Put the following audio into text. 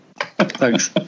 Thanks